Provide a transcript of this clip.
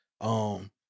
Um-